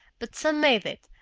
but some made it,